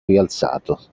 rialzato